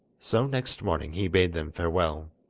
so next morning he bade them farewell,